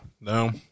no